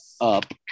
up